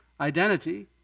identity